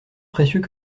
précieux